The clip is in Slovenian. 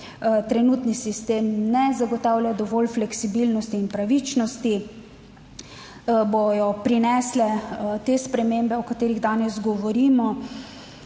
trenutni sistem ne zagotavlja dovolj fleksibilnosti in pravičnosti. Bodo prinesle te spremembe, o katerih danes govorimo: